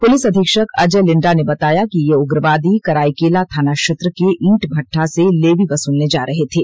police अधीक्षक अजय लिंडा ने बताया कि ये उग्रवादी कराईकेला थाना क्षेत्र के ईंटभट्टा से लेवी वसूलने जा रहे थे